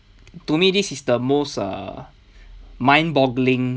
to me this is the most uh mind boggling